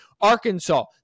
Arkansas